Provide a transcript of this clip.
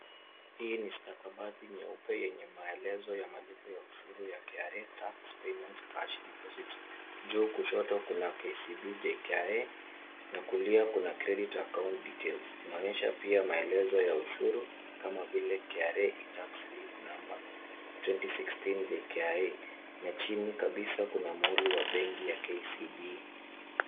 Hii ni stakabadhi nyeupe yenye maelezo ya malipo ya ushuru ya KRA tax payment cash deposit , juu kushoto kuna KCB, JKIA na kulia kuna credit account details , inaonyesha pia maelezo ya ushuru kama vile KRA itax slip number twenty sixteen JKIA na chini kabisa kuna muhuri ya benki ya KCB.